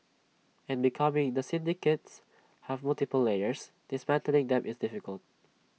and because the syndicates have multiple layers dismantling them is difficult